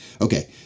Okay